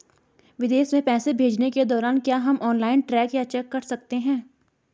विदेश में पैसे भेजने के दौरान क्या हम ऑनलाइन ट्रैक या चेक कर सकते हैं?